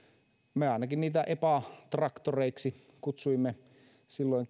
me ainakin kutsuimme niitä epa traktoreiksi silloin